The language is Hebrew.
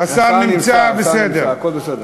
בסדר.